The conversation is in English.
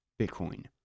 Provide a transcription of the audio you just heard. Bitcoin